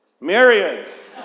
myriads